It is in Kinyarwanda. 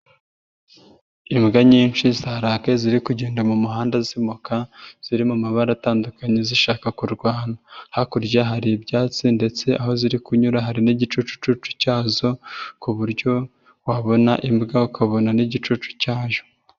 Imbwa nyinshi za rak ziri kugenda mumuhanda zimoka, ziriri mu mabara atandukanye zishaka kurwana, hakurya hari ibyatsi ndetse aho ziri kunyura hari n'igicucu cyazo ku buryo wabona imbwa ukabona n'igicucu cyayo.